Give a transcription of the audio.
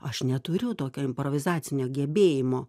aš neturiu tokio improvizacinio gebėjimo